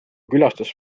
külastas